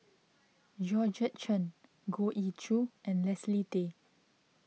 Georgette Chen Goh Ee Choo and Leslie Tay